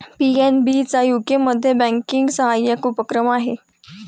PNB चा यूकेमध्ये banking सहाय्यक उपक्रम आहे